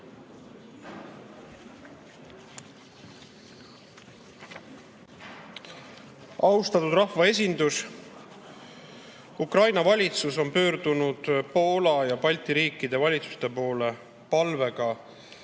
Austatud rahvaesindus! Ukraina valitsus on pöördunud Poola ja Balti riikide valitsuste poole palvega